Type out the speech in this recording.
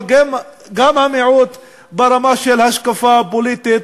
אבל גם המיעוט ברמה של השקפה פוליטית.